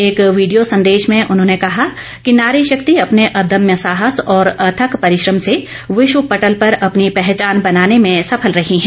एक वीडियो संदेश में उन्होंने कहा है कि नारी शक्ति अपने अदम्य साहस ओर अथक परिश्रम से विश्व पटल पर अपनी पहचान बनाने में सफल रही हैं